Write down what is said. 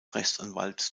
rechtsanwalts